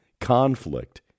conflict